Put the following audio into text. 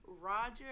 Roger